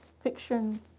fiction